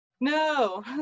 no